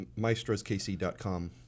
maestroskc.com